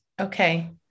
Okay